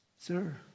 Sir